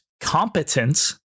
competence